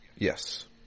Yes